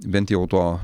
bent jau to